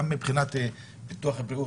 גם מבחינת ביטוח הבריאות,